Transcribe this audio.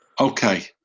Okay